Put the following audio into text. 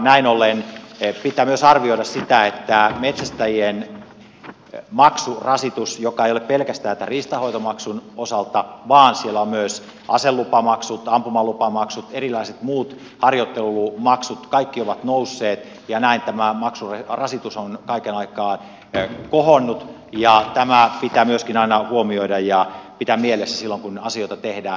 näin ollen pitää myös arvioida metsästäjien maksurasitusta joka ei ole pelkästään tämän riistanhoitomaksun osalta vaan siellä ovat myös aselupamaksut ampumalupamaksut erilaiset muut harjoittelumaksut kaikki ovat nousseet ja näin tämä maksurasitus on kaiken aikaa kohonnut ja tämä pitää myöskin aina huomioida ja pitää mielessä silloin kun asioita tehdään